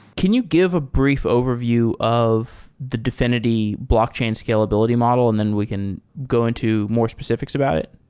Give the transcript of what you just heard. can you give a brief overview of the dfinity blockchain scalability model, and then we can go into more specifi cs about it?